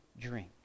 drink